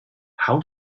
how